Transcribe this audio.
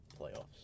Playoffs